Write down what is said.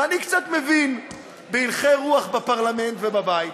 ואני קצת מבין בהלכי רוח בפרלמנט ובבית,